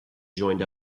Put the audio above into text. joined